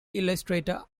illustrator